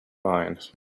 mind